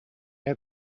had